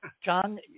John